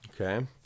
Okay